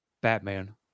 batman